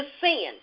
sin